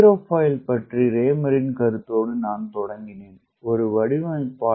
aerofoil பற்றிய ரேமரின் கருத்தோடு நான் தொடங்கினேன் ஒரு வடிவமைப்பாளர்